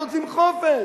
אנחנו רוצים חופש.